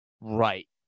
right